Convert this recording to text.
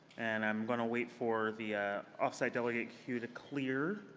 and i'm going to wait for the ah off-site delegate cue to clear.